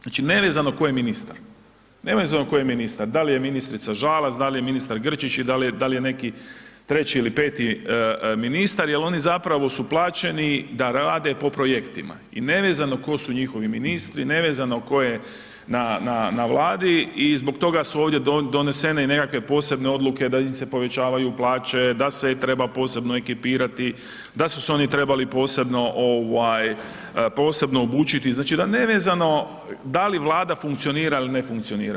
Znači nevezeno tko je ministar, nevezano tko je ministar, da li je ministrica Žalac, da li je ministar Grčić i da li je neki treći ili 5 ministar jer oni zapravo su plaćeni da rade po projektima i nevezano tko su njihovi ministri, nevezano tko je na vladi i zbog toga su ovdje donesene i nekakve posebne odluke da im se povećavaju plaće, da se treba posebno ekipirati, da su se trebali oni posebno obučiti, znači nevezano, da li vlada funkcionira ili ne funkcionira.